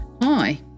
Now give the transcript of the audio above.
Hi